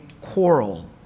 quarrel